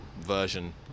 version